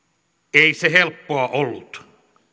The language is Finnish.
ei se helppoa ollut